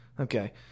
Okay